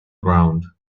ground